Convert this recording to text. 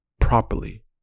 properly